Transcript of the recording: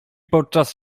podczas